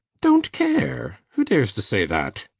don't care! who dares to say that?